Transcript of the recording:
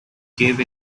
gave